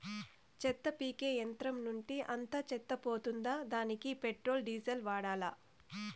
చెత్త పీకే యంత్రం నుండి అంతా చెత్త పోతుందా? దానికీ పెట్రోల్, డీజిల్ వాడాలా?